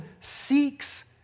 seeks